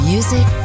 Music